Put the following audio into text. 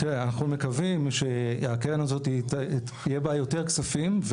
תראה, אנחנו מקווים שבקרן הזאת יהיו יותר כספים.